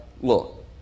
look